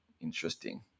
Interesting